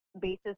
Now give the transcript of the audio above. basis